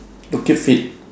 to keep fit